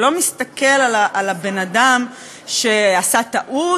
לא מסתכל על הבן-אדם שעשה טעות,